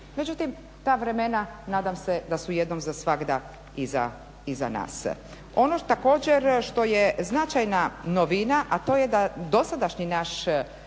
Međutim, ta vremena nadam se da su jednom za svagda iza nas. Ono također što je značajna novina, a to je da dosadašnji naš